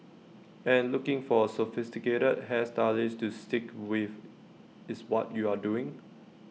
and looking for A sophisticated hair stylist to stick with is what you are doing